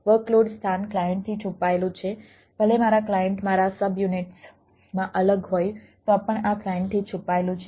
workload સ્થાન ક્લાયન્ટથી છુપાયેલું છે ભલે મારા ક્લાયન્ટ મારા સબ્યુનિટ્સ માં અલગ હોય તો પણ આ ક્લાયન્ટથી છુપાયેલું છે